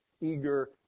eager